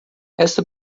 esta